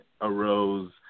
arose